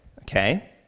okay